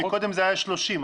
מקודם זה היה 30,